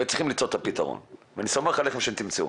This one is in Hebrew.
צריכים למצוא לזה את הפתרון ואני סומך עליכם שתמצאו.